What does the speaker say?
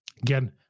Again